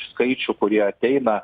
skaičių kurie ateina